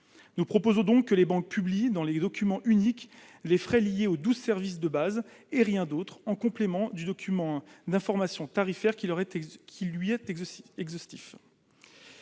Nous proposons donc que les banques publient dans un document unique les frais liés à douze services de base, et rien d'autre, en complément du document d'information tarifaire qui, lui, est exhaustif.